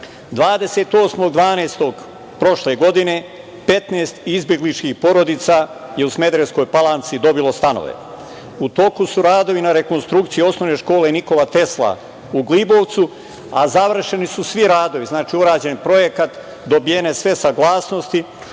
prošle godine, 15 izbegličkih porodica je u Smederevskoj Palanci dobilo stanove. U toku su radovi na rekonstrukciji OŠ „Nikola Tesla“ u Glibovcu, a završeni su svi radovi, znači urađen projekat, dobijene sve saglasnosti